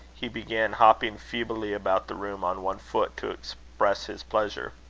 he began hopping feebly about the room on one foot, to express his pleasure.